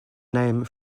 name